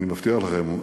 אני מבטיח לכם,